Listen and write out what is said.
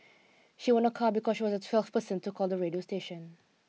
she won a car because she was the twelfth person to call the radio station